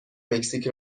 مکزیک